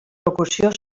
locució